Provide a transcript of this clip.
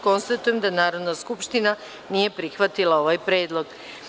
Konstatujem da Narodna skupština nije prihvatila ovaj predlog.